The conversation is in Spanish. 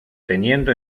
teniendo